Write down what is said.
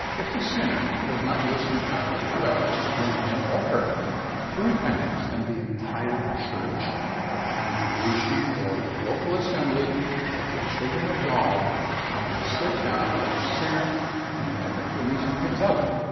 if the sinner does not listen after two efforts to bring him or her to repentance, then the entire church or congregation or the local assembly of the children of god are to sit down with the person in an effort to reason things out.